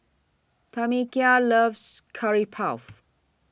Tamekia loves Curry Puff